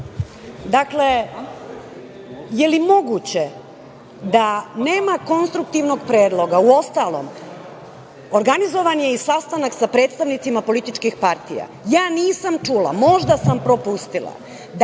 Dakle, da li je moguće da nema konstruktivnog predloga, uostalom organizovan je i sastanak sa predstavnicima političkih partija? Ja nisam čula, možda sam propustila,